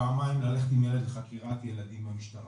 פעמיים ללכת עם ילד לחקירת ילדים במשטרה.